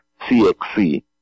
CXC